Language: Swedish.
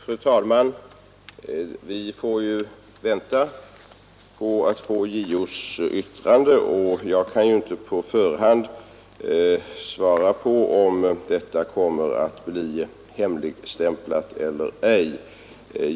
Fru talman! Vi får vänta på JO:s yttrande, och jag kan inte på förhand svara på om det kommer att bli hemligstämplat eller inte.